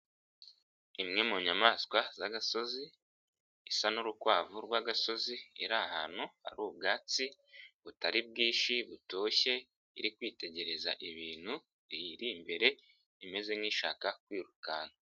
Imwe mu nyamaswa z'agasozi, isa n'urukwavu rw'agasozi iri ahantu hari ubwatsi butari bwinshi butoshye, iri kwitegereza ibintu biyiri imbere, imeze nk'ishaka kwirukanka.